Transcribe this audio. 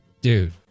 Dude